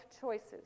choices